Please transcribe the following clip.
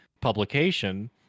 publication